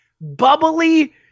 bubbly